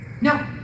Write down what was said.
no